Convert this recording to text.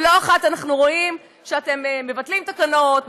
ולא אחת אנחנו רואים שאתם מבטלים תקנות,